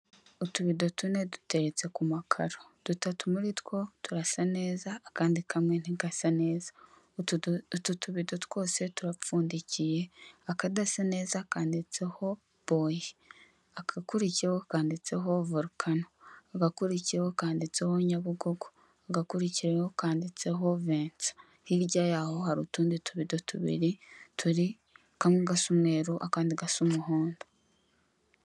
Utubido tune duteretse ku makaro dutatu muri two turasa neza akandi kamwe ntigasa neza, utu tubido twose turapfundikiye akadasa neza kanditseho Mboyi, agakurikiyeho kanditseho Volcano, agakurikiyeho kanditseho Nyabugogo, agakurikiyeho kanditseho Vincent, hirya yaho hari utundi tubido tubiri turi, kamwe gasa umweru akandi gasa umuhondo.